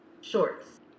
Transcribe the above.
shorts